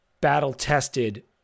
battle-tested